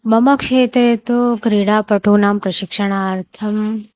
मम क्षेते तु क्रीडापटूनां प्रशिक्षणार्थं